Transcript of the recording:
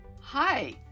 Hi